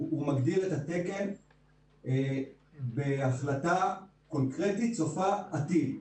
הוא מגדיר את התקן בהחלטה קונקרטית צופה עתיד.